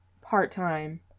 part-time